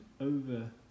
over